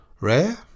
Rare